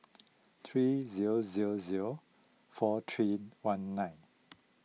three zero zero zero four three one nine